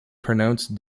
pronounced